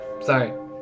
Sorry